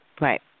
Right